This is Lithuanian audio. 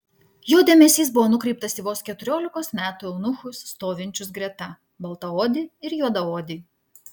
jo dėmesys buvo nukreiptas į vos keturiolikos metų eunuchus stovinčius greta baltaodį ir juodaodį